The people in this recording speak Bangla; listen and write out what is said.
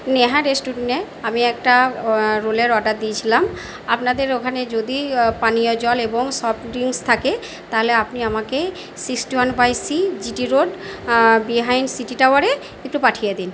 নেহা রেস্টুরেন্টে আমি একটা রোলের অর্ডার দিয়েছিলাম আপনাদের ওখানে যদি পানীয় জল এবং সফট ড্রিঙ্কস থাকে তাহলে আপনি আমাকে sixty one by C G T road behind city টাওয়ারে একটু পাঠিয়ে দিন